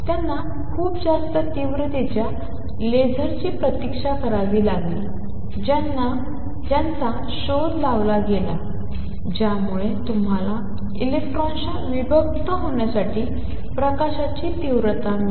त्यांना खूप जास्त तीव्रतेच्या लेझरची प्रतीक्षा करावी लागली ज्यांचा शोध लावला गेला ज्यामुळे तुम्हाला इलेक्ट्रॉन्सच्या विभक्त होण्यासाठी प्रकाशाची तीव्रता मिळते